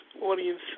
audience